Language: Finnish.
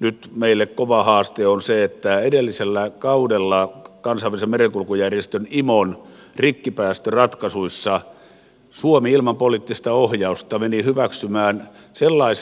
nyt kova haaste se että edellisellä kaudella kansainvälisen merenkulkujärjestön imon rikkipäästöratkaisuissa suomi ilman poliittista ohjausta meni hyväksymään sellaiset maksujärjestelyt